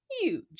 Huge